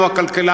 זכויות אדם,